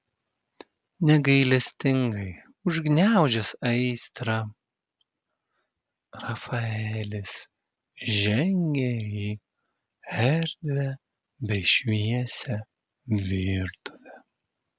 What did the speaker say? negailestingai užgniaužęs aistrą rafaelis žengė į erdvią bei šviesią virtuvę